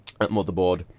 motherboard